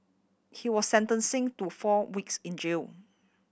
he was sentencing to four weeks in jail